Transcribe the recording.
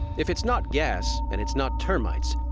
if it's not gas and it's not termites,